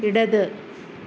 ഇടത്